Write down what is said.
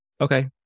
okay